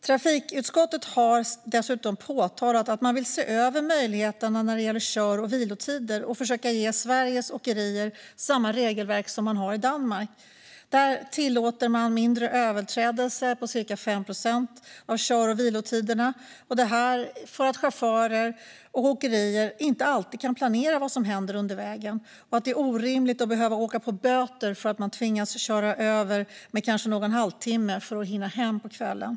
Trafikutskottet har dessutom påpekat att vi vill se över möjligheterna när det gäller kör och vilotider och försöka ge Sveriges åkerier samma regelverk som finns i Danmark. Där tillåts en mindre överträdelse på cirka 5 procent av kör och vilotiderna, eftersom chaufförer och åkerier inte alltid kan planera vad som händer utmed vägen. Det är orimligt att behöva åka på böter för att man har tvingats köra över med kanske någon halvtimme för att hinna hem på kvällen.